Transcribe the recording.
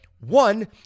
One